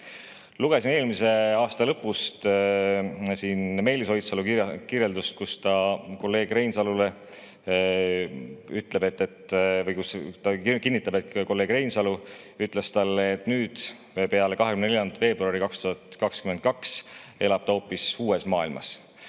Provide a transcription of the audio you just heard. Lugesin eelmise aasta lõpus ilmunud Meelis Oidsalu kirjeldust, milles ta kinnitab, et kolleeg Reinsalu ütles talle, et nüüd, peale 24. veebruaril 2022 elab ta hoopis uues maailmas.